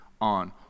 on